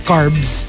Carbs